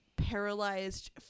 paralyzed